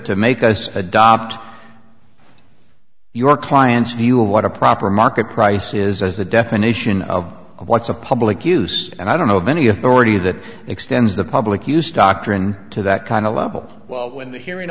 make us adopt your client's view of what a proper market price is as a definition of what's a public use and i don't know many of the already that extends the public use doctrine to that kind of level well when the hearing